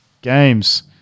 games